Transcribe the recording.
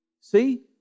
See